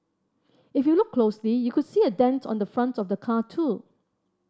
if you look closely you could see a dent on the front of the car too